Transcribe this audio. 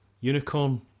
unicorn